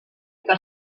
que